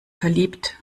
verliebt